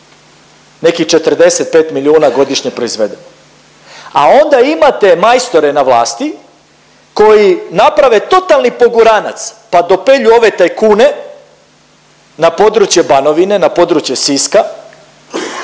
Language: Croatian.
nekih 45 milijuna godišnje proizvedemo. A onda imate majstore na vlasti koji naprave totalni poguranac pa dopelju ove tajkune na područje Banovine, na područje Siska